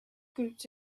groups